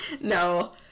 No